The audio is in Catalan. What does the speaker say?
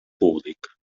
públic